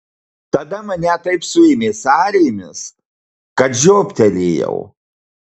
tada mane taip suėmė sąrėmis kad žioptelėjau